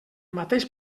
mateix